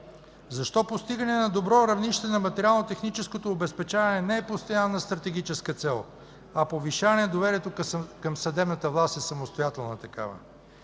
Защо постигането на добро равнище на материално-техническото обезпечаване не е постоянна стратегическа цел, а повишаването на доверието към съдебната власт е самостоятелна такава?